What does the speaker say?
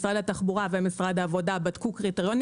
משרד התחבורה ומשרד העבודה בדקו קריטריונים